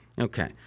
Okay